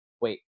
wait